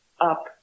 up